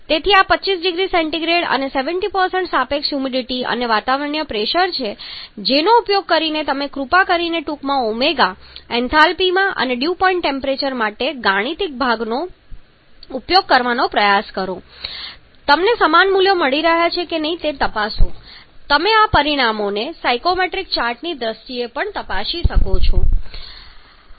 તેથી આ 25 0C અને 70 સાપેક્ષ હ્યુમિડિટી અને વાતાવરણીય પ્રેશર છે જેનો ઉપયોગ કરીને તમે કૃપા કરીને ટૂંકમાં ω એન્થાલ્પીમાં અને ડ્યૂ પોઇન્ટ ટેમ્પરેચર માટે ગાણિતિક ભાગનો ઉપયોગ કરવાનો પ્રયાસ કરો કે તમને સમાન મૂલ્યો મળી રહ્યાં છે કે કેમ તે તપાસો પછી તમે આ પરિણામોને આ સાયક્રોમેટ્રિક ચાર્ટની દ્રષ્ટિએ પણ ચકાસી શકશો